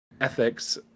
ethics